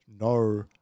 no